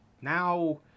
now